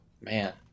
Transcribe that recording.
Man